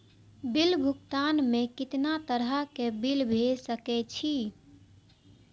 Bill भुगतान में कितना तरह के बिल भेज सके छी?